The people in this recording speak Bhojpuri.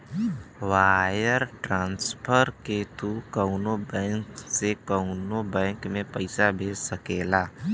वायर ट्रान्सफर से तू कउनो बैंक से कउनो बैंक में पइसा भेज सकेला